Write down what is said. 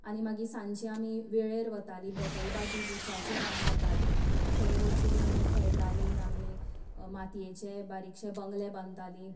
आनी मागीर सांजचीं आमी वेळेर वतालीं बेतलबाटी बिचाचेर आमी वतालीं थंय वचून आमी खेळटालीं आमी मातयेचे बारिकशे बंगले बांदतालीं